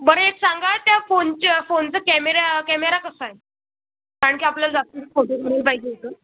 बरं एक सांगा त्या फोनच्या फोनचं कॅमेऱ्या कॅमेरा कसा आहे कारण की आपल्याला जास्त करून फोटो काढायला पाहिजे होतं